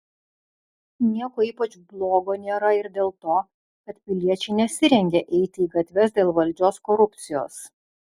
nieko ypač blogo nėra ir dėl to kad piliečiai nesirengia eiti į gatves dėl valdžios korupcijos